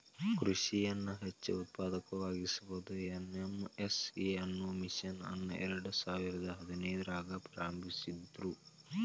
ಕೃಷಿಯನ್ನ ಹೆಚ್ಚ ಉತ್ಪಾದಕವಾಗಿಸಾಕ ಎನ್.ಎಂ.ಎಸ್.ಎ ಅನ್ನೋ ಮಿಷನ್ ಅನ್ನ ಎರ್ಡಸಾವಿರದ ಹದಿನೈದ್ರಾಗ ಪ್ರಾರಂಭಿಸಿದ್ರು